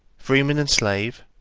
freeman and slave,